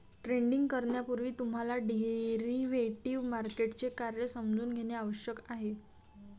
trading करण्यापूर्वी तुम्हाला derivative मार्केटचे कार्य समजून घेणे आवश्यक आहे